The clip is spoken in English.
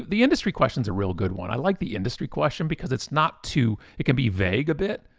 the industry question's a real good one. i like the industry question because it's not too, it can be vague a bit.